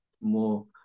more